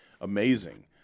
amazing